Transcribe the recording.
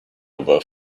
were